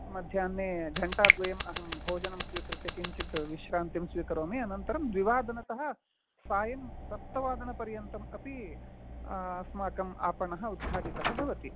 मध्याह्ने घण्टाद्वयम् अहं भोजनं स्वीकृत्य किञ्चित् विश्रान्तिं स्वीकरोमि अनन्तरं द्विवादनतः सायं सप्तवादनपर्यन्तम् अपि अस्माकम् आपणः उद्घाटितः भवति